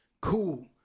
cool